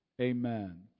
Amen